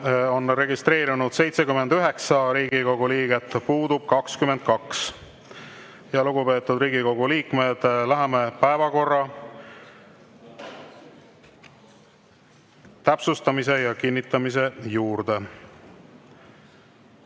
on registreerunud 79 Riigikogu liiget, puudub 22. Lugupeetud Riigikogu liikmed, läheme päevakorra täpsustamise ja kinnitamise juurde.